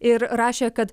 ir rašė kad